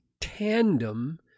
tandem